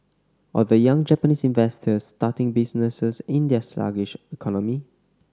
or the young Japanese inventors starting businesses in their sluggish economy